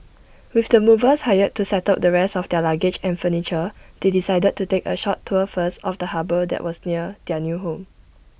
with the movers hired to settle the rest of their luggage and furniture they decided to take A short tour first of the harbour that was near their new home